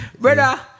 Brother